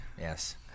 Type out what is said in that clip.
yes